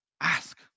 Ask